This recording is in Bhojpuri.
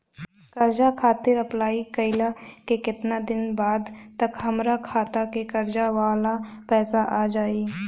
कर्जा खातिर अप्लाई कईला के केतना दिन बाद तक हमरा खाता मे कर्जा वाला पैसा आ जायी?